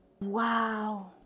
Wow